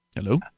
Hello